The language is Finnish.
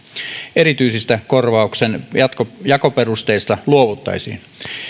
erityisistä korvauksen jakoperusteista luovuttaisiin